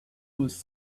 was